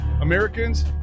Americans